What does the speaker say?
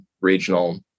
regional